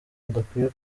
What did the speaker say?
badakwiye